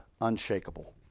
unshakable